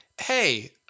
hey